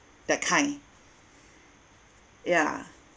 that kind yeah